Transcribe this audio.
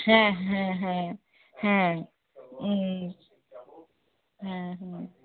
হ্যাঁ হ্যাঁ হ্যাঁ হ্যাঁ হ্যাঁ হ্যাঁ